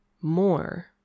more